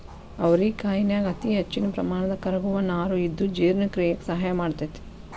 ಅವರಿಕಾಯನ್ಯಾಗ ಅತಿಹೆಚ್ಚಿನ ಪ್ರಮಾಣದ ಕರಗುವ ನಾರು ಇದ್ದು ಜೇರ್ಣಕ್ರಿಯೆಕ ಸಹಾಯ ಮಾಡ್ತೆತಿ